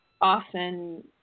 often